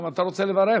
גם אתה רוצה לברך?